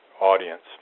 audience